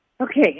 Okay